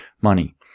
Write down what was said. money